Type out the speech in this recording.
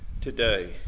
today